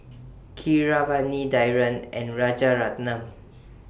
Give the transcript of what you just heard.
Keeravani Dhyan and Rajaratnam